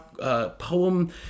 poem